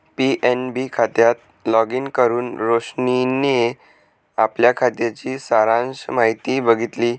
PNB खात्यात login करुन रोशनीने आपल्या खात्याची सारांश माहिती बघितली